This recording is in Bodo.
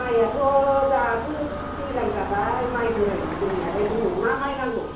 माइयाथ' दाथ' दैलां जाबाय माय बोराय दंनायालाय दंमोन मा माइ नांगौ